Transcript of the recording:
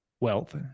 wealth